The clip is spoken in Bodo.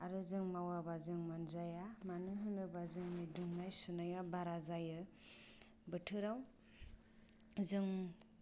आरो जों मावाबा जों मोनजाया मानो होनोबा जोंनि दुंनाय सुनाया बारा जायो बोथोराव जों